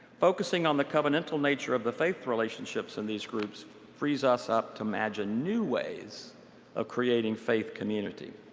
focusing on the covenantal nature of the faith relationships in these groups freeze us up to imagine new ways of creating faith community.